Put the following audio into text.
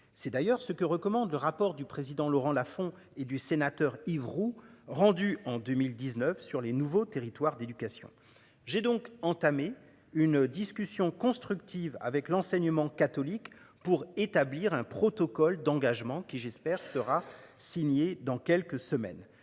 C'est d'ailleurs ce que recommande le rapport du président Laurent Lafon et du sénateur Yves ou rendu en 2019 sur les nouveaux territoires d'éducation. J'ai donc entamer une discussion constructive avec l'enseignement catholique pour établir un protocole d'engagement qui j'espère sera signé dans quelques semaines,